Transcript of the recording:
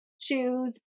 choose